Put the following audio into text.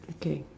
okay